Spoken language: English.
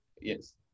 Yes